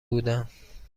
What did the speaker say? بودم